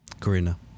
Karina